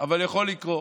אבל יכול לקרות.